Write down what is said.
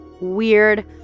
weird